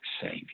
savior